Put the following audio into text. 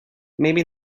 maybe